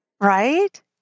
Right